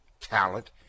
talent